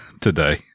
today